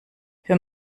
für